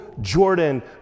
Jordan